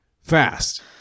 Fast